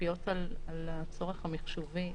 משפיעות על הצורך המחשובי,